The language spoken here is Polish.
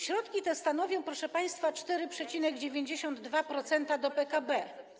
Środki te stanowią, proszę państwa, 4,92% PKB.